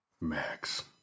Max